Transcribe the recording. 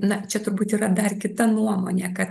na čia turbūt yra dar kita nuomonė kad